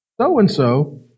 so-and-so